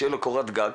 שתהיה לו קורת גג,